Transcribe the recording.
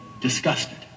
disgusted